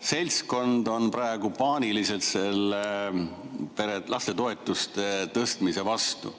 seltskond on praegu paaniliselt lastetoetuste tõstmise vastu?